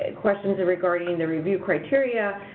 and questions regarding the review criteria,